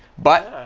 but,